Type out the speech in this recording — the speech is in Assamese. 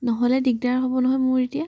নহ'লে দিগদাৰ হ'ব নহয় মোৰ এতিয়া